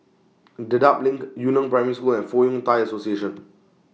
Dedap LINK Yu Neng Primary School and Fong Yun Thai Association